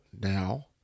now